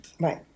right